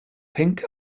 pink